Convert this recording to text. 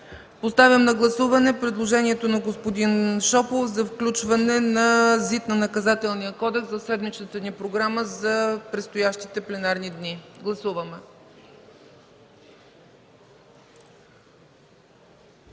Поставям на гласуване предложението на господин Шопов за включване на ЗИД на Наказателния кодекс в седмичната ни програма за предстоящите пленарни дни. Гласували